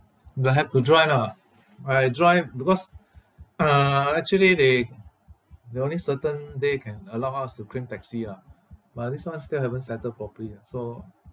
no have to drive ah I drive because uh actually they they only certain day can allow us to claim taxi ah but this [one] still haven't settled properly lah so